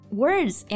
words